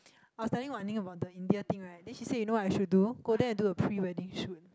I was telling Wan-Ning about the India thing right then she say you know what I should do go there and do a pre wedding shoot